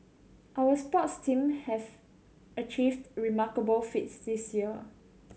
our sports team have achieved remarkable feats this year